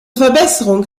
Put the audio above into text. verbesserung